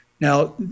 Now